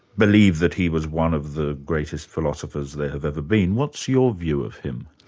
believe that he was one of the greatest philosophers there have ever been. what's your view of him?